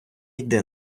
йде